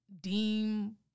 deem